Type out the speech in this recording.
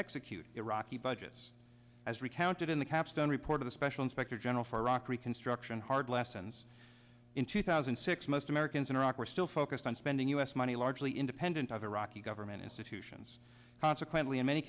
execute iraqi budgets as recounted in the capstone report of the special inspector general for iraq reconstruction hard lessons in two thousand and six most americans in iraq were still focused on spending yes money largely independent of iraqi government institutions consequently in many